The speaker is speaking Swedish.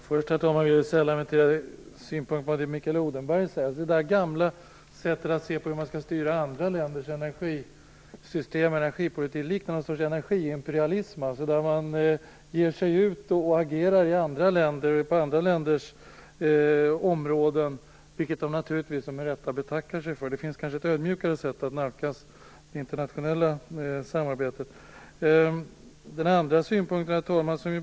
Herr talman! Först vill jag sälla mig till Mikael Odenbergs synpunkt om det gamla sättet att se på hur man skall styra andra länders energisystem och energipolitik. Det liknar någon sorts energiimperialism, där man ger sig ut och agerar på andra länders områden, vilket de naturligtvis med rätta betackar sig för. Det kanske finns ett ödmjukare sätt att nalkas det internationella samarbetet. Herr talman!